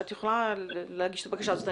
--- את יכולה להגיש את הבקשה הזאת.